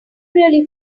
really